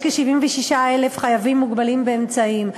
יש כ-76,000 חייבים מוגבלים באמצעים,